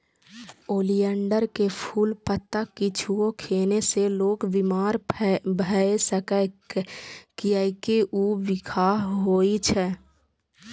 oleander के फूल, पत्ता किछुओ खेने से लोक बीमार भए सकैए, कियैकि ऊ बिखाह होइ छै